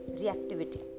reactivity